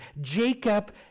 Jacob